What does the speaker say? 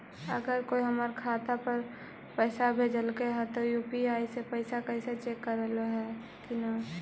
अगर कोइ हमर खाता पर पैसा भेजलके हे त यु.पी.आई से पैसबा कैसे चेक करबइ ऐले हे कि न?